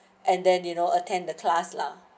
and then you know attend the class lah